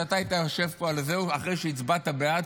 שאתה היית יושב פה אחרי שהצבעת בעד,